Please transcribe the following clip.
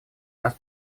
нас